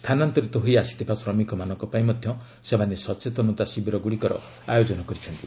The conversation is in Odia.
ସ୍ଥାନାନ୍ତରିତ ହୋଇ ଆସିଥିବା ଶ୍ରମିକମାନଙ୍କ ପାଇଁ ମଧ୍ୟ ସେମାନେ ସଚେତନତା ଶିବିର ଗୁଡ଼ିକର ଆୟୋଜନ କରିଛନ୍ତି